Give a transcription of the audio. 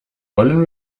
wollen